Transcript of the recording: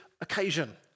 occasion